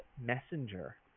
Messenger